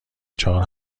چهار